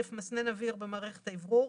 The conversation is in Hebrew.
מסנן אוויר במערכת האוורור.